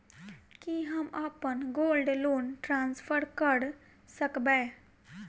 की हम अप्पन gold loan transfer करऽ सकबै?